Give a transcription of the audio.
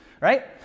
right